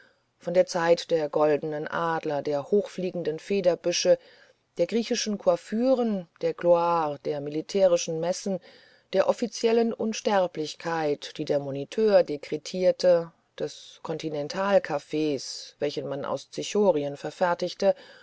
von der zeit der goldnen adler der hochfliegenden federbüsche der griechischen coiffuren der gloire der militärischen messen der offiziellen unsterblichkeit die der moniteur dekretierte des kontinentalkaffees welchen man aus zichorien verfertigte